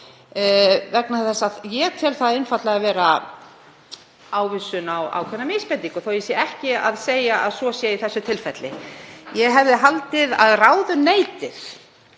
ráðherra. Ég tel það einfaldlega vera ávísun á ákveðna misbeitingu þó að ég sé ekki að segja að svo sé í þessu tilfelli. Ég hefði haldið að ráðuneytið